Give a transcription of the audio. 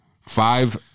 five